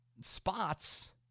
spots